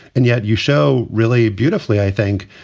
and yet you show really beautifully, i think,